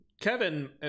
kevin